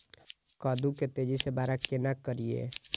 कद्दू के तेजी से बड़ा केना करिए?